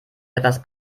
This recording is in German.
etwas